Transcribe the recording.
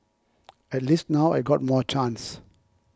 at least now I got more chance